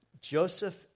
Joseph